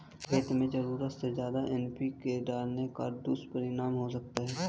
खेत में ज़रूरत से ज्यादा एन.पी.के डालने का क्या दुष्परिणाम हो सकता है?